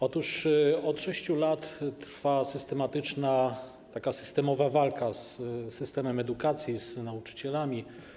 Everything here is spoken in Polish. Otóż od 6 lat trwa systematyczna, systemowa walka z systemem edukacji, z nauczycielami.